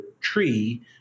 tree